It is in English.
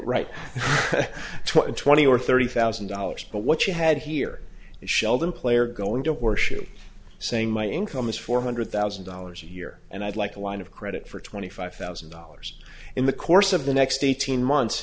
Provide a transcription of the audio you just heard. right in twenty or thirty thousand dollars but what you had here is sheldon player going to worship saying my income is four hundred thousand dollars a year and i'd like a line of credit for twenty five thousand dollars in the course of the next eighteen months